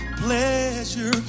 pleasure